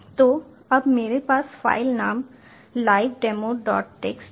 तो अब मेरे पास फ़ाइल नाम लाइव डेमो डॉट टेक्स्ट है